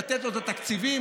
לתת לו את התקציבים,